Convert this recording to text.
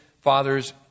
father's